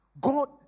God